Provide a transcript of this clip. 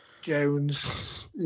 Jones